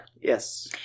Yes